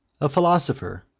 a philosopher,